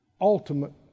Ultimate